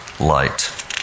Light